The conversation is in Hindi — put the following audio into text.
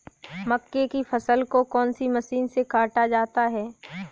मक्के की फसल को कौन सी मशीन से काटा जाता है?